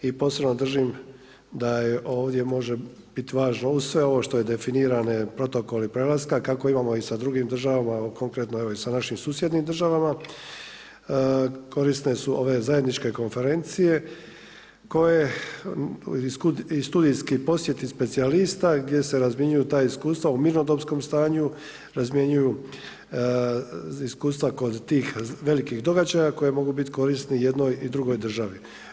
I posebno držim da ovdje može biti važno uz sve ovo što je definirano protokoli prelaska kako imamo i sa drugim državama, konkretno i sa našim susjednim državama korisne su ove zajedničke konferencije koje i studijski posjeti specijalista gdje se razmjenjuju ta iskustva u mirnodopskom stanju, razmjenjuju iskustva kod tih velikih događaja koji mogu biti korisni i jednoj i drugoj državi.